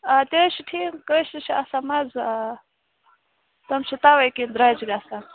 آ تہِ حظ چھِ ٹھیٖک کٲشِرِس چھِ آسان مَزٕ آ تِم چھِ تَوَے کِنۍ درٛۅجہِ گژھان